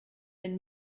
den